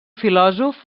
filòsof